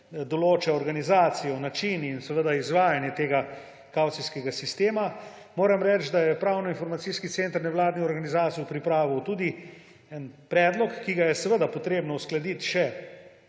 določa organizacijo, način in izvajanje tega kavcijskega sistema. Moram reči, da je Pravno-informacijski center nevladnih organizacij pripravil tudi predlog, ki ga je treba uskladiti še